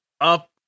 up